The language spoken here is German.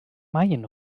mayen